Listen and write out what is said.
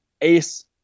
ace